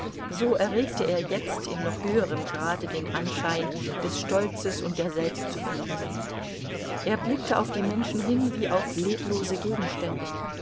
so erregte er jetzt in noch höherem grade den anschein des stolzes und der selbstzufriedenheit er blickte auf die menschen hin wie auf leblose gegenstände